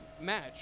match